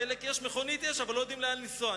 דלק יש, מכונית יש, אבל לא יודעים לאן לנסוע.